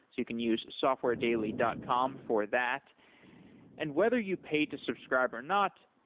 you can use softwaredaily dot com for that and whether you pay to subscribe or not,